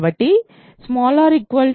కాబట్టి r r